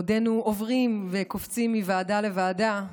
בעודנו עוברים וקופצים מוועדה לוועדה,